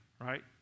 right